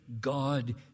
God